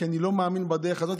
כי אני לא מאמין בדרך הזאת,